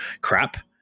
crap